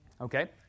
okay